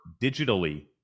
digitally